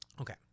Okay